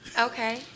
Okay